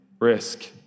risk